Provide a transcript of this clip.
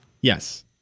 Yes